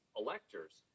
electors